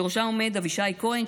שבראשה עומד אבישי כהן,